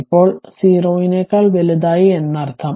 ഇപ്പോൾ 0 നെക്കാൾ വലുതായി എന്നർത്ഥം